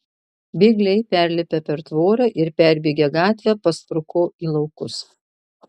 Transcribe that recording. bėgliai perlipę per tvorą ir perbėgę gatvę paspruko į laukus